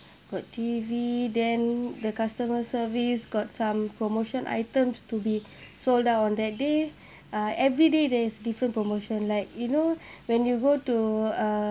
got T_V then the customer service got some promotion items to be sold out on that day uh everyday there is different promotion like you know when you go to uh